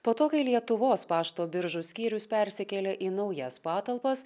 po to kai lietuvos pašto biržų skyrius persikėlė į naujas patalpas